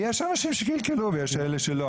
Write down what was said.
יש אנשים שקלקלו ויש כאלה שלא,